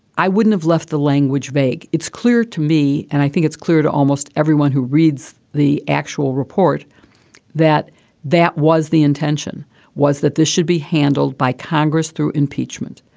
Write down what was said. i wouldn't have left the language vague. it's clear to me and i think it's clear to almost everyone who reads the actual report that that was the intention was that this should be handled by congress through impeachment.